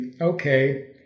Okay